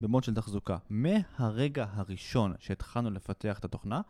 במוד של תחזוקה. מהרגע הראשון שהתחלנו לפתח את התוכנה